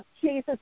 Jesus